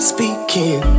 Speaking